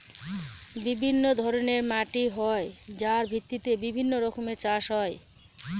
বিভিন্ন ধরনের মাটি হয় যার ভিত্তিতে বিভিন্ন রকমের চাষ হয়